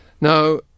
Now